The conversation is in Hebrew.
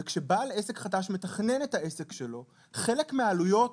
כשבעל עסק חדש מתכנן את העסק שלו, חלק מהעלויות